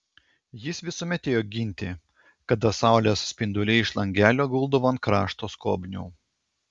jis visuomet ėjo ginti kada saulės spinduliai iš langelio guldavo ant krašto skobnių